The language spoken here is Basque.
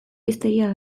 hiztegia